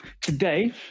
today